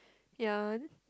ya